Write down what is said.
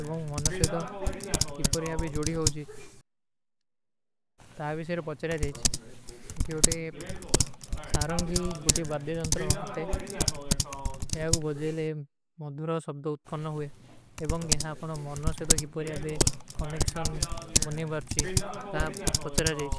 ଏବାଁ ମନନା ସେଧା କିପରୀ ଆବେ ଜୋଡୀ ହୋଜୀ, ତା ଵିଷଯରେ ପଚ୍ଛରା ଜାଈଶ। ସାରଂଗୀ ଵିଷଯରେ ଭାଵନ୍ଦୁ, ଯହାଁ ଆପନା ଅଟେ ସାରଂଗୀ ଵିଷଯରେ ଭାଵନ୍ଦୁ, ଯହାଁ ଆପନା ମନନା ସେଧା କିପରୀ ଆବେ ଜୋଡୀ ହୋଜୀ, ତା ପଚ୍ଛରା ଜାଈଶ।